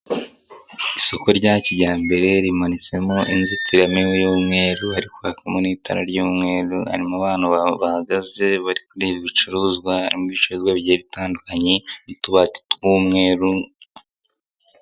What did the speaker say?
Isoko rya kijyambere rimanitsemo inzitiramibu y'umweru hari kwakamo n'itara ry'umweru harimo abantu bahagaze bari kureba ibicuruzwa, harimo ibicuruzwa bigiye bitandukanye n'utubati tw'umweru.